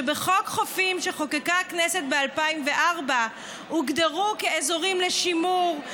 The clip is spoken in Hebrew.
שבחוק חופים שחוקקה הכנסת ב-2004 הוגדרו כאזורים לשימור,